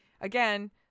again